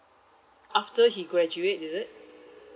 after he graduate is it